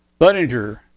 Bunninger